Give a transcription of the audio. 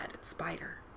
spider